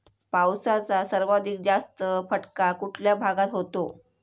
पावसाचा सर्वाधिक जास्त फटका कुठल्या भागात होतो?